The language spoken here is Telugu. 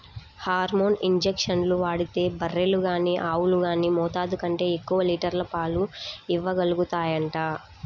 హార్మోన్ ఇంజక్షన్లు వాడితే బర్రెలు గానీ ఆవులు గానీ మోతాదు కంటే ఎక్కువ లీటర్ల పాలు ఇవ్వగలుగుతాయంట